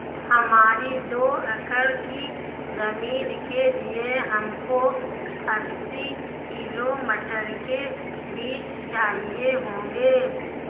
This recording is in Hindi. हमारी दो एकड़ की जमीन के लिए हमको अस्सी किलो मटर के बीज चाहिए होंगे